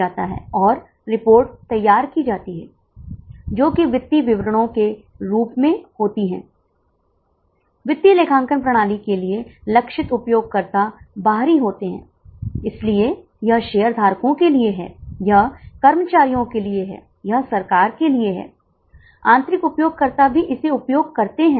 लेने के लिए आप तैयार हैं लेकिन पिकनिक पर जाने के लिए पहले हमें निर्णय लेने की आवश्यकता है कि इसमें क्या लागते शामिल है और हम किस कीमत पर चार्ज करने जा रहे हैं